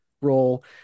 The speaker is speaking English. role